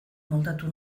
moldatu